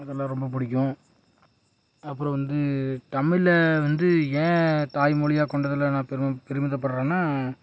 அதெல்லாம் ரொம்ப பிடிக்கும் அப்புறம் வந்து தமிழில் வந்து ஏன் தாய்மொழியாக கொண்டதுல நான் பெருமை பெருமிதப்படுறேன்னா